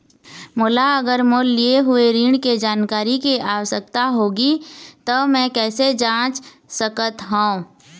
मोला अगर मोर लिए हुए ऋण के जानकारी के आवश्यकता होगी त मैं कैसे जांच सकत हव?